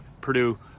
Purdue